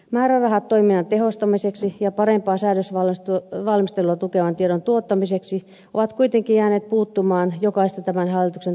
määrärahat toiminnan tehostamiseksi ja parempaa säädösvalmistelua tukevan tiedon tuottamiseksi ovat kuitenkin jääneet puuttumaan jokaisesta tämän hallituksen talousarvioesityksestä